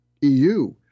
EU